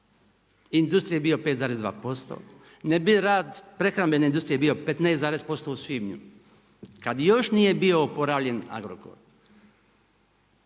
industrije bio 5,2%, ne bi rast prehrambene industrije bio 15% u svibnju kada još nije bio oporavljen Agrokor.